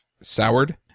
soured